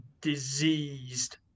diseased